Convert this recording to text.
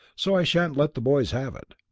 so i sha'n't let the boys have it.